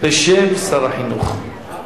בשם שר החינוך.